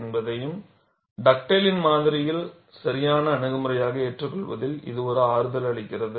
எனவே டக்டேலின் மாதிரியை சரியான அணுகுமுறையாக ஏற்றுக்கொள்வதில் இது ஒரு ஆறுதலளித்தது